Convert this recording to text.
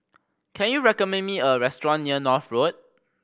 can you recommend me a restaurant near North Road